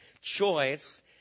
choice